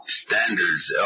standards